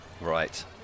right